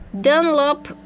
Dunlop